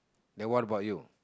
then what about you